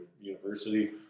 university